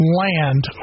land